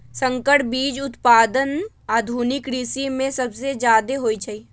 संकर बीज उत्पादन आधुनिक कृषि में सबसे जादे होई छई